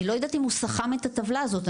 אני לא יודעת, אם הוא סכם את הטבלה הזאת.